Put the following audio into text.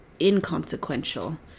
inconsequential